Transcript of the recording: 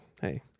hey